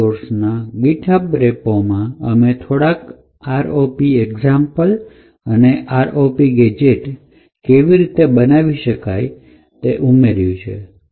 આ કોર્સ ના GitHub repo માં અમે થોડાક ROP એક્ઝામ્પલ અને ROP ગેજેટ કેવી રીતે બનાવી શકાય તે ઉમેર્યું છે